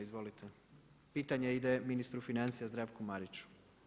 Izvolite, pitanje ide ministru financija Zdravku Mariću.